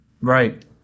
Right